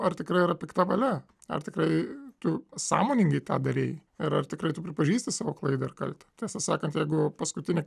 ar tikrai yra pikta valia ar tikrai tu sąmoningai tą darei ir ar tikrai tu pripažįsti savo klaidą ir kaltę tiesą sakant jeigu paskutinę